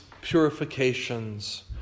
purifications